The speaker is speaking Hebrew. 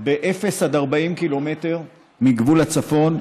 באפס עד 40 ק"מ מגבול הצפון,